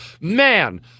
man